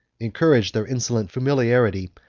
encouraged their insolent familiarity,